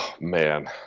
Man